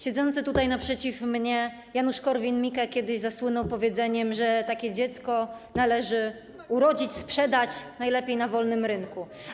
Siedzący tutaj naprzeciw mnie Janusz Korwin-Mikke kiedyś zasłynął powiedzeniem, że takie dziecko należy urodzić, sprzedać, najlepiej na wolnym rynku.